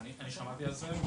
אני שמעתי על זה.